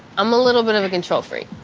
i'm a little bit of a control freak.